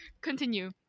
continue